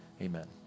Amen